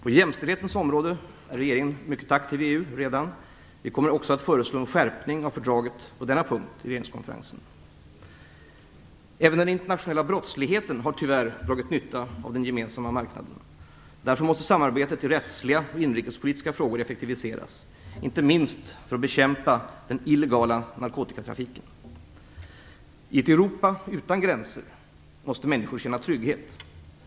På jämställdhetens område är regeringen redan mycket aktiv i EU, och vi kommer också att föreslå en skärpning av fördraget på denna punkt i regeringskonferensen. Även den internationella brottsligheten har tyvärr dragit nytta av den gemensamma marknaden. Därför måste samarbetet i rättsliga och inrikespolitiska frågor effektiviseras, inte minst för att bekämpa den illegala narkotikatrafiken. I ett Europa utan gränser måste människor känna trygghet.